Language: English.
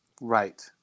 right